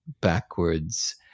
backwards